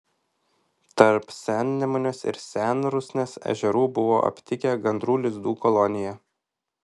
tarp sennemunės ir senrusnės ežerų buvo aptikę gandrų lizdų koloniją